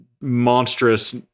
monstrous